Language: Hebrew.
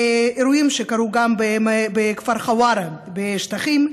גם אירועים שקרו בכפר חווארה בשטחים,